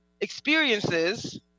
experiences